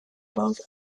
both